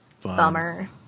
Bummer